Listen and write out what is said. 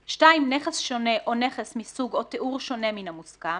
(2) נכס שונה או נכס מסוג או תיאור שונה מן המוסכם,